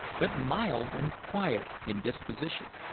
but mild and quiet in disposition.